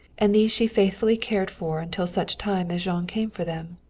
and these she faithfully cared for until such time as jean came for them.